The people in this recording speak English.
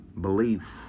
Belief